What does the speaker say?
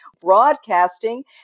broadcasting